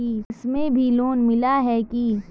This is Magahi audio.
इसमें भी लोन मिला है की